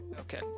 okay